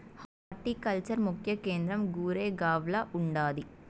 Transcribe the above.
horticulture ముఖ్య కేంద్రం గురేగావ్ల ఉండాది